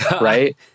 right